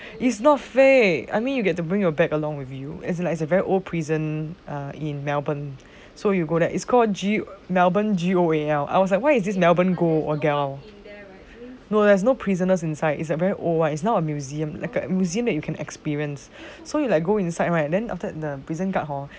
is not fake I think you get to bring your bag along it's very old prison in melbourne so you go there is called G melbourne G O A L I was like why is it melbourne goal or gel there's no prisoners inside it's a very old one is now a museum museum that you can experience so you like go inside right then after that in a prison guard hor